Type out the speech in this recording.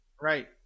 right